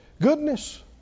goodness